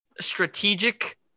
strategic